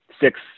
six